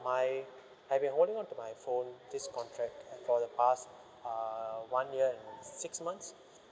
my I've been holding onto my phone this contract for the past uh one year and six months